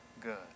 good